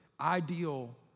ideal